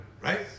right